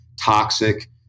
toxic